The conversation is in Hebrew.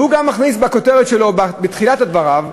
והוא גם מכניס בכותרת שלו, בתחילת דבריו: